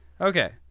Okay